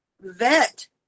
vet